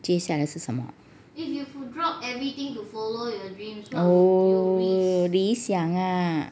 接下来是什么 oh 理想啊